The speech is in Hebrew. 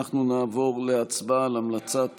נעבור להצבעה על המלצת